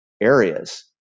areas